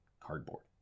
cardboard